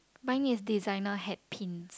mine is designer hat pins